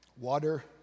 water